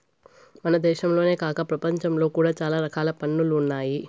దేశంలోనే కాక ప్రపంచంలో కూడా చాలా రకాల పన్నులు ఉన్నాయి